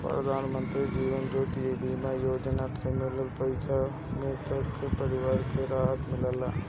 प्रधानमंत्री जीवन ज्योति बीमा योजना से मिलल पईसा से मृतक के परिवार के राहत मिलत बाटे